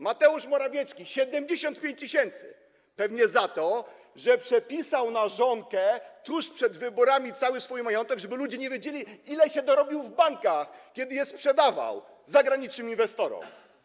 Mateusz Morawiecki - 75 tys. Pewnie za to, że przepisał na żonkę tuż przed wyborami cały swój majątek, żeby ludzie nie wiedzieli, ile się dorobił w bankach, kiedy je sprzedawał zagranicznym inwestorom.